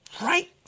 right